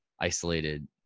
isolated